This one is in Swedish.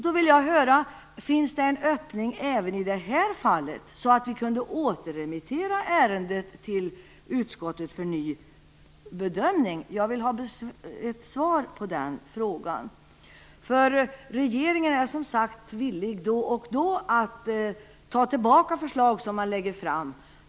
Då vill jag höra: Finns det en öppning även i det här fallet så att vi kan återremittera ärendet till utskottet för ny bedömning? Jag vill ha ett svar på den frågan. Regeringen är som sagt då och då villig att ta tillbaka förslag som den lägger fram.